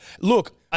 Look